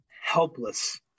helpless